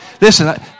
Listen